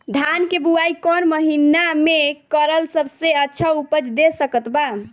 धान के बुआई कौन महीना मे करल सबसे अच्छा उपज दे सकत बा?